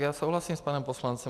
Já souhlasím s panem poslancem.